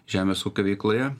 žemės ūkio veikloje